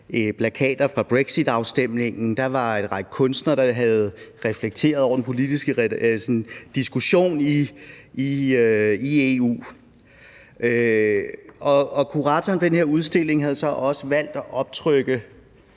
plakater fra brexitafstemningen, der var en række kunstnere, der havde reflekteret over den politiske diskussion i EU, og kuratoren for den her udstilling havde så også valgt at optrykke